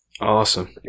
Awesome